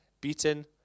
beaten